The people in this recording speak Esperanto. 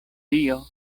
tio